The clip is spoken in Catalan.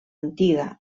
antiga